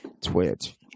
Twitch